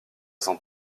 sent